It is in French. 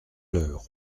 l’heure